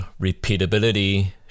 repeatability